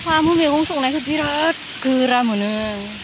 साम' मैगं संनायखौ बिरात गोरा मोनो